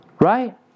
Right